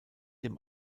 dem